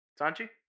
sanji